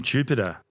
Jupiter